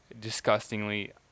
disgustingly